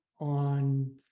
on